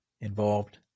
involved